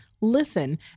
listen